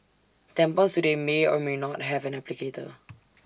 tampons today may or may not have an applicator